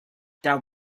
that